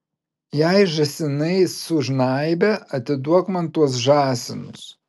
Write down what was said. jei žąsinai sužnaibė atiduok man tuos žąsinus